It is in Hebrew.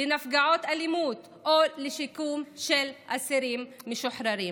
לנפגעות אלימות או לשיקום אסירים משוחררים,